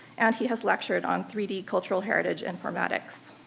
and he has lectured on three d cultural heritage informatics.